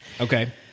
Okay